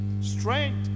Strength